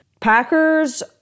Packers